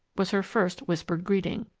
was her first whispered greeting.